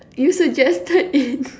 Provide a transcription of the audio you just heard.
you suggested it